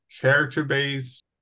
character-based